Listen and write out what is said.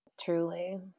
truly